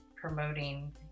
promoting